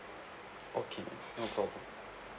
okay ma'am no problem